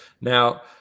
Now